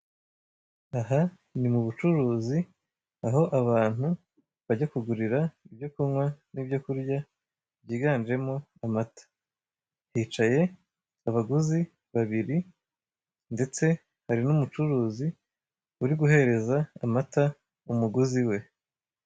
Aha ni mu bucuruzi, aho abantu bajya kugurira ibyo kunywa n'ibyo kurya byiganjemo amata; hicaye abaguzi babiri ndetse hari n'umucuruzi, uri guhereza amata umuguzi we.